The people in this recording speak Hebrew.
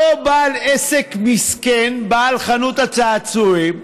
אותו בעל עסק מסכן, בעל חנות הצעצועים,